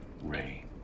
Ray